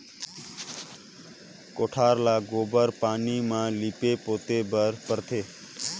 कोठार ल गोबर पानी म लीपे पोते बर परथे